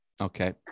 Okay